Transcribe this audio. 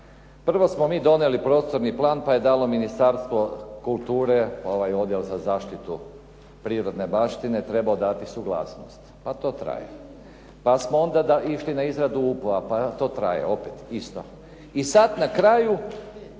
Prvo smo mi donijeli prostorni plan pa je dalo Ministarstvo kulture, ovaj odjel za zaštitu prirodne baštine trebao dati suglasnost, pa to traje. Pa smo onda išli na izradu …/Govornik se ne razumije./… pa to traje opet isto. I sada na kraju